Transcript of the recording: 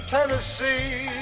Tennessee